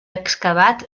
excavat